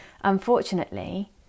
unfortunately